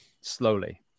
slowly